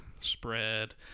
spread